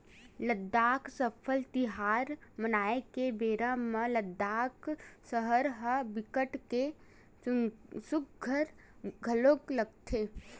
लद्दाख फसल तिहार मनाए के बेरा म लद्दाख सहर ह बिकट के सुग्घर घलोक लगथे